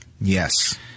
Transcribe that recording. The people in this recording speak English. Yes